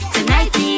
Tonight